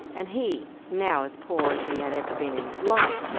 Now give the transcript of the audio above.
and he, now as poor as he had ever been in his life,